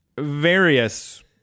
various